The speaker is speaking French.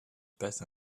passe